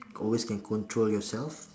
always can control yourself